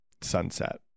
sunset